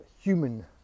human